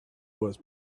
was